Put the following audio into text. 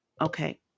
Okay